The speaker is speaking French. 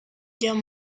guerre